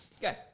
Go